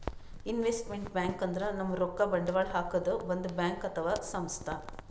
investment bank ಅಂದ್ರ ನಮ್ ರೊಕ್ಕಾ ಬಂಡವಾಳ್ ಹಾಕದ್ ಒಂದ್ ಬ್ಯಾಂಕ್ ಅಥವಾ ಸಂಸ್ಥಾ